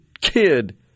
kid